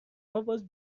ماباز